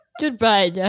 Goodbye